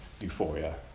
euphoria